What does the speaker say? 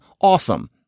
awesome